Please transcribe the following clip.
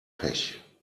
pech